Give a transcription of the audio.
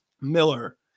Miller